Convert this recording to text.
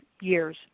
years